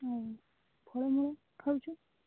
ହୁଁ ଫଳ ମୂଳ ଖାଉଛୁ